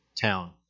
town